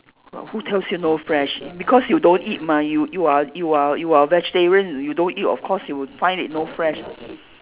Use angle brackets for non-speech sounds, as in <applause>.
w~ who tells you no fresh because you don't eat [ma] you you are you are you are vegetarian you don't eat of course you will find it no fresh <breath>